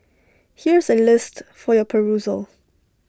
here's A list for your perusal